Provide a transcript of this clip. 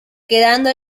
quedando